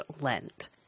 Lent